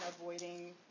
avoiding